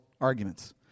arguments